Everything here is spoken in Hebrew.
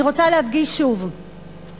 אני רוצה להדגיש שוב,